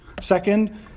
Second